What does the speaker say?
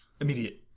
Immediate